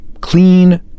Clean